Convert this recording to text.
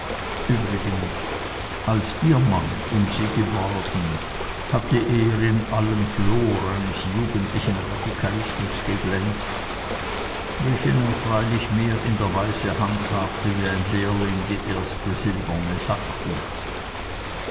übrigens als ihr mann um sie geworben hatte er in allem flor eines jugendlichen radikalismus geglänzt welchen er freilich mehr in der weise handhabte wie ein lehrling die erste silberne sackuhr